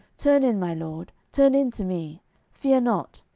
turn in, my lord, turn in to me fear not.